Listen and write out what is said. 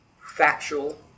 Factual